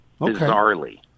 bizarrely